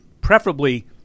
preferably